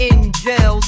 In-jail